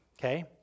okay